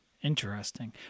Interesting